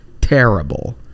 terrible